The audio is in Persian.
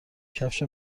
کفش